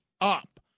up